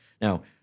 Now